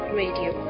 radio